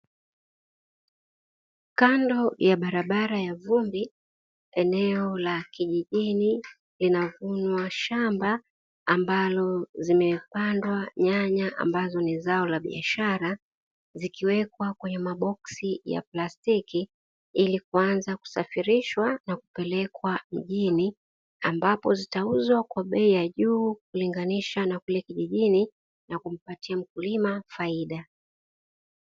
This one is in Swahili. Kando ya barabara ya vumbi, eneo la kijijini linavunwa shamba ambalo zimeoandwa nyanya ambazo ni zao la biashara zikiwekwa kwenye maboksi ya plastiki, ili kuanza kusafirishwa na kupelekwa mjini ambapo zitauzwa kwa bei ya juu kulinganisha na kule kijijini na kumpatia mkulima faida.